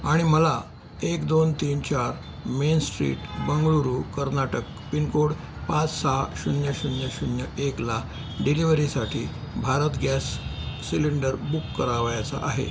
आणि मला एक दोन तीन चार main street Bengaluru Karnataka pin code पाच सहा शून्य शून्य शून्य एकला डिलिवरीसाठी भारत ग्यॅस सिलिंडर बुक करावयाचा आहे